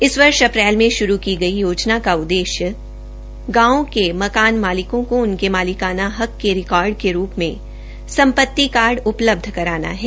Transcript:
इस वर्ष अप्रैल में शुरू की गई योजना का उद्येश्य गांवों के मकान मालिकों को उनके मालिकाना हक के रिकॉर्ड के रूप में संपत्ति कार्ड उपलब्ध कराना है